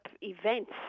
events